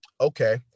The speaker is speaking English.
Okay